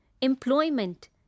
employment